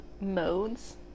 modes